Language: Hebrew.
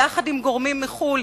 יחד עם שותפיהם מחוץ-לארץ,